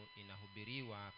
inahubiriwa